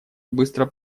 быстро